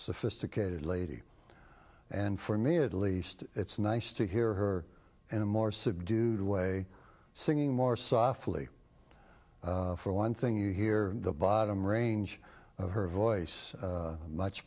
sophisticated lady and for me at least it's nice to hear her in a more subdued way singing more softly for one thing you hear the bottom range of her voice much